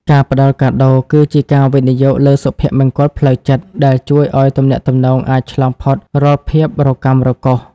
ការផ្ដល់កាដូគឺជាការវិនិយោគលើសុភមង្គលផ្លូវចិត្ត ដែលជួយឱ្យទំនាក់ទំនងអាចឆ្លងផុតរាល់ភាពរកាំរកូស។